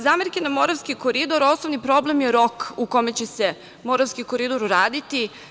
Zamerke na Moravski koridor, osnovni problem je rok u kome će se Moravski koridor uraditi.